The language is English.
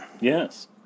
Yes